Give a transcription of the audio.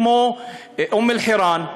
כמו אום-אלחיראן,